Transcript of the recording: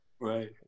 Right